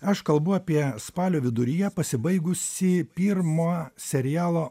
aš kalbu apie spalio viduryje pasibaigusį pirmą serialo